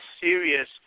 serious